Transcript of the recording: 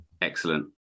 Excellent